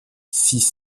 six